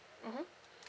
mmhmm